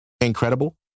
incredible